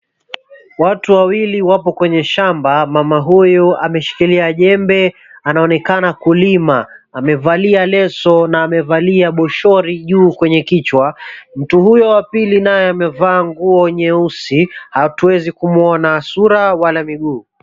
Watu wawili wapo kwenye shamba, mama huyo ameshikilia jembe anaonekana kulima. Amevalia leso na amevalia boshori juu kwenye kichwa, mtu huyo wa pili naye amevaa nguo nyeusi hatuwezi kumuona sura wala miguu.